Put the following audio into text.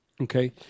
Okay